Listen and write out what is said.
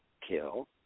kill